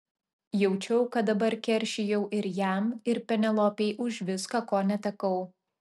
jaučiau kad dabar keršijau ir jam ir penelopei už viską ko netekau